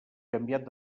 canviat